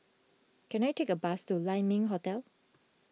can I take a bus to Lai Ming Hotel